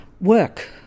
work